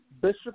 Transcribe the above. Bishop